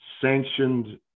sanctioned